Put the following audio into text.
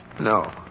No